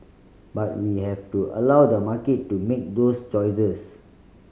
but we have to allow the market to make those choices